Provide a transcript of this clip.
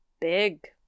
big